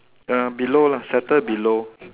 uh below lah settle below